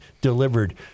delivered